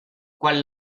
quan